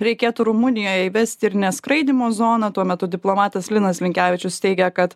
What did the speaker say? reikėtų rumunijoj įvesti ir neskraidymo zoną tuo metu diplomatas linas linkevičius teigia kad